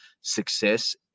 success